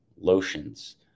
lotions